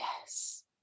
yes